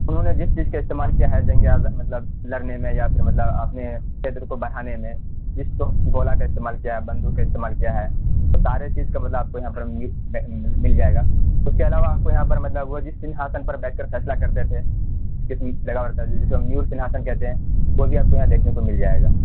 انہوں نے جس چیز کا استعمال کیا ہے جنگِ آزا مطلب لڑنے میں یا پھر مطلب اپنے چھیتر کو بڑھانے میں جس کو گولا کا استعمال کیا بندوق کا استعمال کیا ہے تو سارے چیز کا مطلب آپ کو یہاں پر مل جائے گا اس کے علاوہ آپ کو یہاں پر مطلب وہ جس سنگھاسن پر بیٹھ کے فیصلہ کرتے تھے لگا ہوتا ہے جسے مور سنگھاسن کہتے ہیں وہ بھی آپ کو یہاں دیکھنے کو مل جائے گا